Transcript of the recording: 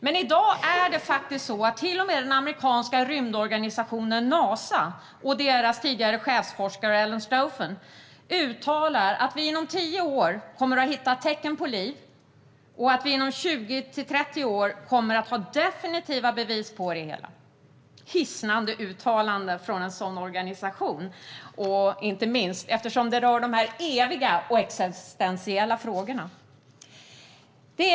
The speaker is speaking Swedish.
Men i dag är det till och med så att den amerikanska rymdorganisationen NASA och deras tidigare chefsforskare Ellen Stofan uttalar att vi inom tio år kommer att ha hittat tecken på liv och att vi inom 20-30 år kommer att ha definitiva bevis på det hela - hisnande uttalanden från en sådan organisation, inte minst eftersom det rör dessa eviga och existentiella frågor.